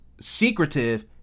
secretive